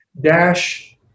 dash